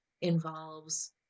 involves